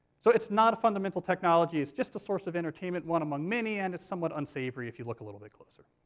so it's not a fundamental technology, it's just a source of entertainment, one among many, and it's somewhat unsavory if you look a little bit closer.